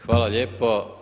Hvala lijepo.